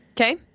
Okay